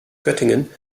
göttingen